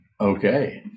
Okay